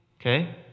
Okay